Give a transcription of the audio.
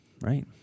right